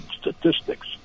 Statistics